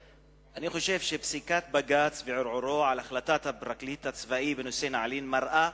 אני חושב שפסיקת בג"ץ וערעורו על החלטת הפרקליט הצבאי בנושא נעלין מראים